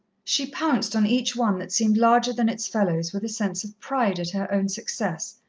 she pounced on each one that seemed larger than its fellows with a sense of pride at her own success,